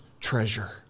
treasure